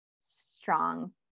strong